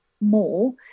more